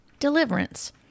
Deliverance